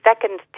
second